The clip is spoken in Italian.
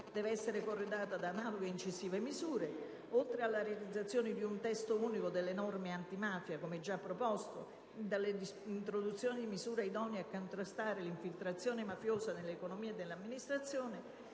deve essere corredata da analoghe, incisive misure. Oltre alla realizzazione di un testo unico delle norme antimafia, come già proposto, e all'introduzione di disposizioni idonee a contrastare l'infiltrazione mafiosa nell'economia e nell'amministrazione,